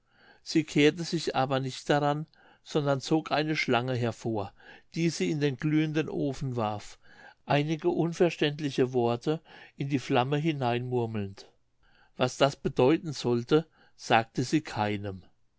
sie kehrte sich aber nicht daran sondern zog eine schlange hervor die sie in den glühenden ofen warf einige unverständliche worte in die flamme hineinmurmelnd was das bedeuten solle sagte sie keinem